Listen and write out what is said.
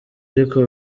ariko